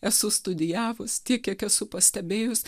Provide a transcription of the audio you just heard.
esu studijavus tiek kiek esu pastebėjus